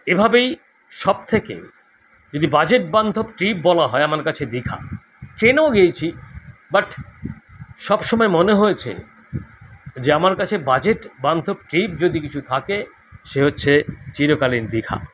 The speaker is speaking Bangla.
এভাবেই সব থেকে যদি বাজেটবান্ধব ট্রিপ বলা হয় আমার কাছে দীঘা ট্রেনেও গিয়েছি বাট সব সময় মনে হয়েছে যে আমার কাছে বাজেটবান্ধব ট্রিপ যদি কিছু থাকে সে হচ্ছে চিরকালীন দীঘা